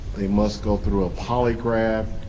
they must go through a polygraph.